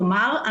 כלומר,